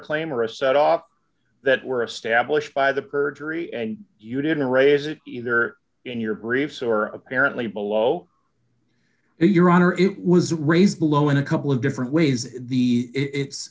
claim or a set off that were established by the perjury and you didn't raise it either in your briefs or apparently below your honor it was raised below in a couple of different ways the it